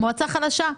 מועצה חלשה.